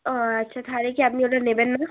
ও আচ্ছা তাহলে কি আপনি ওটা নেবেন না